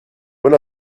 when